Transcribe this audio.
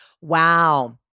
wow